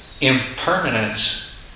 impermanence